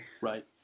Right